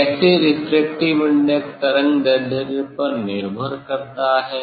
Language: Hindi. कैसे रेफ्रेक्टिव इंडेक्स तरंग दैर्ध्य पर निर्भर करता है